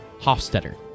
Hofstetter